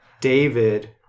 David